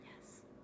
Yes